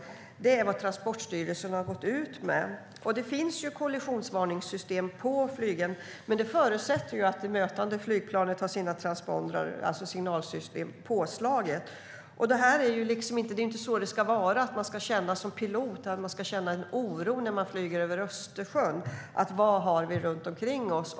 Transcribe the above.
Och det är vad Transportstyrelsen har gått ut med. Det finns kollisionsvarningssystem på flygplanen, men det förutsätter att det mötande flygplanet har sina transpondrar, alltså signalsystem, påslagna. Det ska inte vara så att man som pilot ska känna oro när man flyger över Östersjön över vad man har runt omkring sig.